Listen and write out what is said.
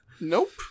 Nope